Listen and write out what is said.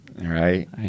Right